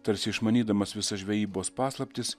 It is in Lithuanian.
tarsi išmanydamas visas žvejybos paslaptis